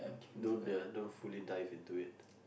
don't the don't fully dive into it